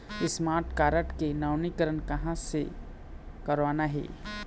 Smart card के नवीनीकरण कहां से करवाना हे?